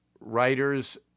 writers